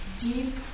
deep